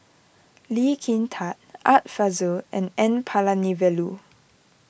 Lee Kin Tat Art Fazil and N Palanivelu